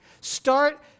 Start